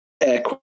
air